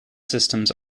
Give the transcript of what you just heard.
systems